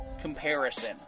comparison